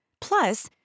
Plus